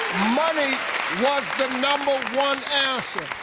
money was the number one answer.